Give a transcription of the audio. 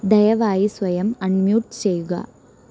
ദയവായി സ്വയം അൺമ്യൂട്ട് ചെയ്യുക